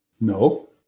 No